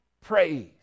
praise